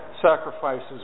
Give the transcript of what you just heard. sacrifices